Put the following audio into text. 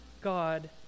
God